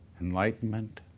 enlightenment